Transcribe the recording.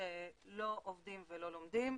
שלא עובדים ולא לומדים.